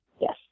Yes